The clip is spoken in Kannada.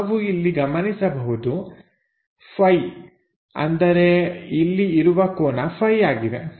ನಾವು ಇಲ್ಲಿ ಗಮನಿಸಬಹುದು Φ ಅಂದರೆ ಇಲ್ಲಿ ಇರುವ ಕೋನ Φ ಆಗಿದೆ